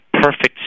perfect